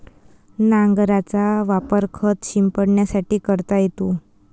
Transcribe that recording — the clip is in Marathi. नांगराचा वापर खत शिंपडण्यासाठी करता येतो